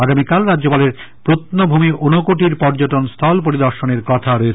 আগামীকাল রাজ্যপালের প্রভ্নভূমি উনকোটির পর্যটন স্থল পরিদর্শনের কথা রয়েছে